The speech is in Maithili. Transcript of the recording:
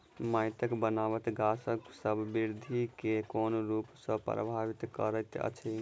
माइटक बनाबट गाछसबक बिरधि केँ कोन रूप सँ परभाबित करइत अछि?